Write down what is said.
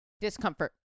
Discomfort